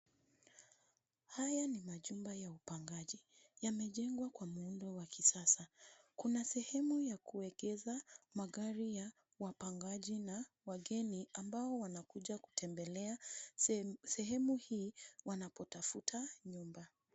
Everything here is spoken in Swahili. Haya ni majumba ya upangaji. Yamejengwa kwa muundo ya kisasa. Kuna sehemu ya kuegeza magari ya wapangaji na wageni ambao wanakuja kutembelea sehemu hii wanapotafuta nyumba.